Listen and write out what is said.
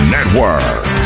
Network